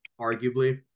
arguably